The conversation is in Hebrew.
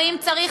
ואם צריך,